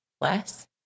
less